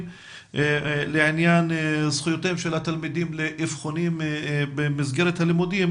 לעניין זכויותיהם של תלמידים לאבחונים במסגרת הלימודים,